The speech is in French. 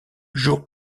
jours